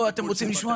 אני אתן דוגמה.